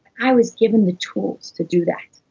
i was given the tools to do that,